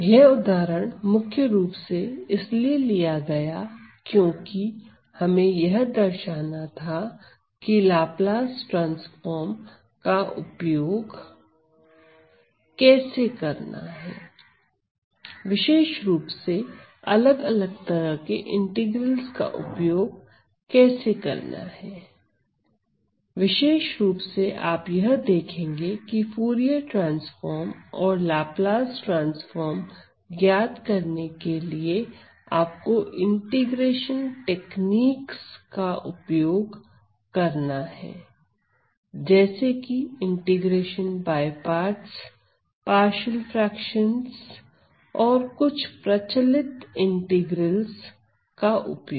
यह उदाहरण मुख्य रूप से इसीलिए लिया गया क्योंकि हमें यह दर्शाना था कि लाप्लास ट्रांसफार्म का उपयोग कैसे करना है विशेष रुप से अलग अलग तरह के इंटीग्रल्स का उपयोग कैसे करना है विशेष रूप से आप यह देखेंगे कि फूरिये ट्रांसफार्म और लाप्लास ट्रांसफार्म ज्ञात करने के लिए आपको इंटीग्रेशन टेक्निक्स का उपयोग करना है जैसे कि integration by parts partial fractions और कुछ प्रचलित इंटीग्रल्स का उपयोग